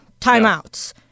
timeouts